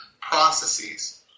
processes